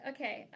Okay